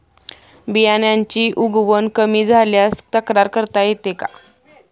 बियाण्यांची उगवण कमी झाल्यास तक्रार करता येते का?